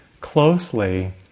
closely